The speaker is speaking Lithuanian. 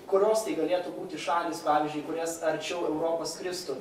kurios tai galėtų būti šalys pavyzdžiui į kurias arčiau europos skristų